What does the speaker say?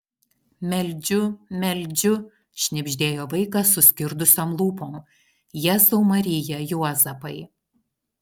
meldžiu meldžiu šnibždėjo vaikas suskirdusiom lūpom jėzau marija juozapai